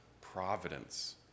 providence